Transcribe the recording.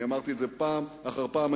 אמרתי את זה פעם אחר פעם,